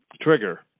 trigger